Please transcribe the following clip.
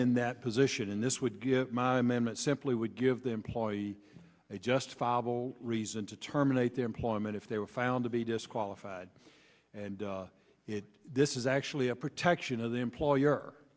in that position and this would give my mammoth simply would give the employee a justifiable reason to terminate their employment if they were found to be disqualified and it this is actually a protection of the employer